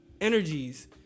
energies